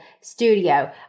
studio